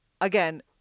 again